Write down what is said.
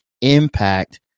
impact